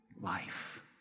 life